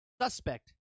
suspect